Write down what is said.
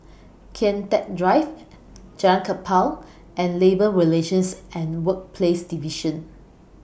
Kian Teck Drive Jalan Kapal and Labour Relations and Workplaces Division